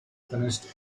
finished